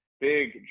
big